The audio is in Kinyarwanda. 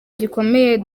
gikomeye